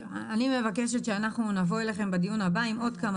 אני מבקשת שאנחנו נבוא אליכם בדיון הבא עם עוד כמה